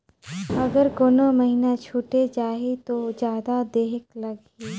अगर कोनो महीना छुटे जाही तो जादा देहेक लगही?